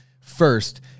first